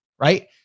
right